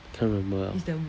cannot remember ah